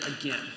again